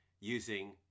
using